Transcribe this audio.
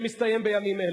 שמסתיים בימים אלה.